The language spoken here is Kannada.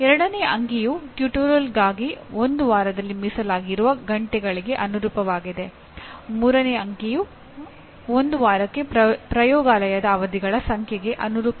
ಪ್ರತಿಯೊಂದು ಘಟಕ ಒಂದು ಕ್ರೆಡಿಟ್ ಲೋಡ್ ಅನ್ನು ರೂಪಿಸುತ್ತದೆ ಇದು ಸರಿಸುಮಾರು 10 ತರಗತಿ ಅವಧಿಗಳಿಗೆ ಸಮಾನವಾಗಿರುತ್ತದೆ